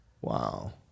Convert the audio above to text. Wow